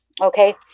Okay